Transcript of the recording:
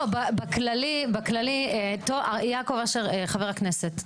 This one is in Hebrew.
לא, בכללי, יעקב אשר, חבר הכנסת.